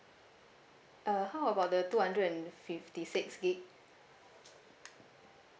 uh how about the two hundred and fifty six gig